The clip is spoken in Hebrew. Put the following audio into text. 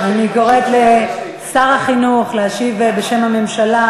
אני קוראת לשר החינוך להשיב בשם הממשלה.